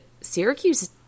Syracuse